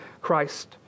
Christ